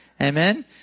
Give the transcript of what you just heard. Amen